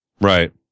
Right